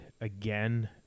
again